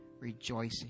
rejoicing